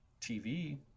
TV